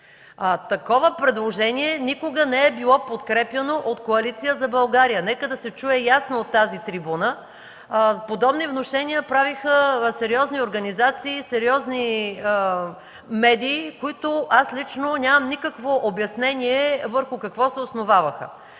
Такова предложение никога не е било подкрепяно от Коалиция за България, нека да се чуе ясно от тази трибуна. Подобни внушения правеха сериозни организации, сериозни медии, които аз лично нямам никакво обяснение върху какво се основаваха.